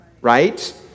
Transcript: right